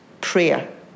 prayer